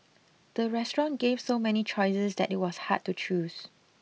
the restaurant gave so many choices that it was hard to choose